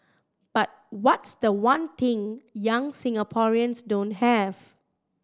but what's the one thing young Singaporeans don't have